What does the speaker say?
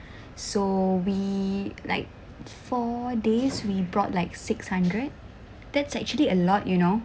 so we like four days we brought like six hundred that's actually a lot you know